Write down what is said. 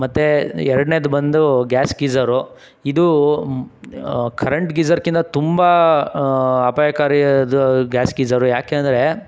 ಮತ್ತು ಎರಡನೇದು ಬಂದು ಗ್ಯಾಸ್ ಗೀಝರು ಇದು ಕರೆಂಟ್ ಗೀಝರ್ಗಿಂತ ತುಂಬ ಅಪಾಯಕಾರಿಯಾದ ಗ್ಯಾಸ್ ಗೀಝರು ಯಾಕೆ ಅಂದರೆ